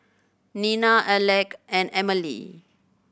Nina Alec and Emilee